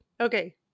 Okay